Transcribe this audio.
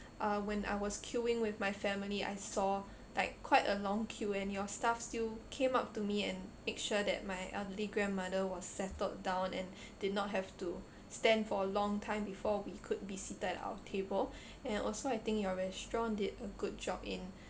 uh when I was queuing with my family I saw like quite a long queue and your staff still came up to me and make sure that my elderly grandmother was settled down and did not have to stand for long time before we could be seated at our table and also I think your restaurant did a good job in